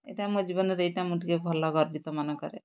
ଏଇଟା ମୋ ଜୀବନରେ ଏଇଟା ମୁଁ ଟିକେ ଭଲ ଗର୍ବିତ ମନେକରେ